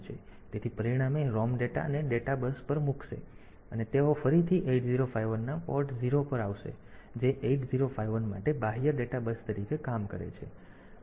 તેથી પરિણામે ROM data ને ડેટા બસ પર મૂકશે અને તેઓ ફરીથી 8051 ના પોર્ટ 0 પર આવશે જે 8051 માટે બાહ્ય ડેટા બસ તરીકે કામ કરે છે